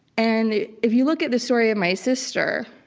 and if you look at the story of my sister,